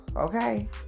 Okay